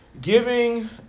giving